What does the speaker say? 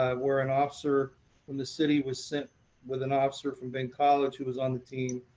um where an officer from the city was sent with an officer from penn college who was on the team,